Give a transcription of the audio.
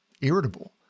irritable